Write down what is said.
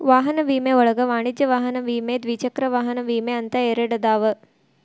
ವಾಹನ ವಿಮೆ ಒಳಗ ವಾಣಿಜ್ಯ ವಾಹನ ವಿಮೆ ದ್ವಿಚಕ್ರ ವಾಹನ ವಿಮೆ ಅಂತ ಎರಡದಾವ